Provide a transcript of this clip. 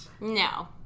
No